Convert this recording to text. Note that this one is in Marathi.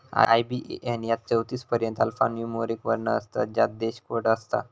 आय.बी.ए.एन यात चौतीस पर्यंत अल्फान्यूमोरिक वर्ण असतत ज्यात देश कोड असता